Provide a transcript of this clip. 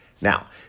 Now